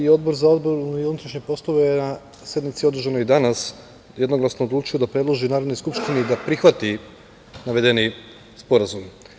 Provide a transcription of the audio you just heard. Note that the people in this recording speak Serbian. Odbor za odbranu i unutrašnje poslove je na sednici održanoj danas jednoglasno odlučili da predloži Narodnoj skupštini da prihvati navedeni sporazum.